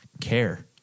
care